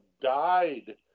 died